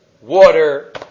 water